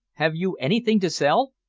have you anything to sell?